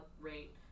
rate